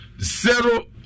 zero